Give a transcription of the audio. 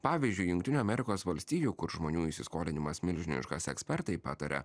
pavyzdžiui jungtinių amerikos valstijų kur žmonių įsiskolinimas milžiniškas ekspertai pataria